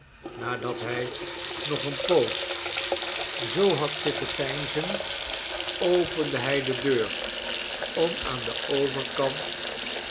nadat hij nog eene poos zoo had zitten peinzen opende hij de deur om aan den overkant